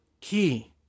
key